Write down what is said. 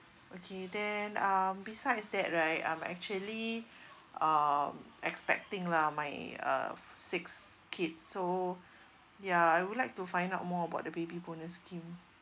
okay then um besides that right I'm actually um expecting lah my uh sixth kid so ya I would like to find out more about the baby bonus scheme